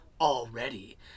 already